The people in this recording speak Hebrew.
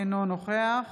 אינו נוכח